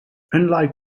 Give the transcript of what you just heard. unlike